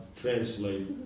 translate